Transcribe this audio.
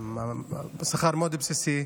השכר מאוד בסיסי,